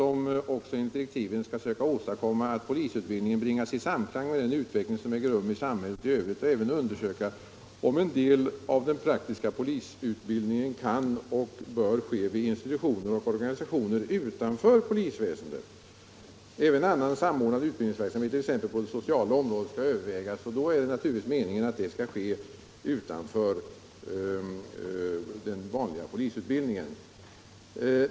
Den skall enligt direktiven söka åstadkomma att polisutbildningen bringas i samklang med den utveckling som äger rum i samhället i övrigt, och även undersöka om en del av den praktiska polisutbildningen kan och bör ske vid institutioner och organisationer utanför polisväsendet. Även annan samordnad utbildningsverksamhet, t.ex. på det sociala området, skall övervägas, Då är naturligtvis meningen att detta skall ske utanför den vanliga polisutbildningen.